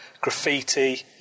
graffiti